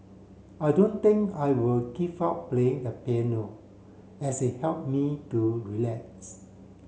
I don't think I will give up playing the piano as it help me to relax